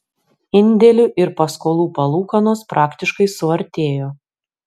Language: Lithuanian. indėlių ir paskolų palūkanos praktiškai suartėjo